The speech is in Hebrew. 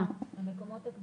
הארצי